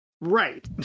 Right